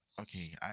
okay